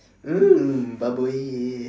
mm